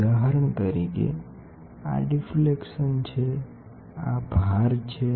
ઉદાહરણ તરીકે આ ડિફ્લેક્શન છે આ ભાર છે